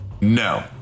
No